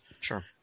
Sure